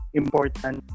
important